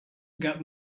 got